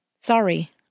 Sorry